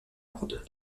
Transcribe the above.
lourde